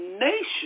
nation